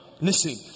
Listen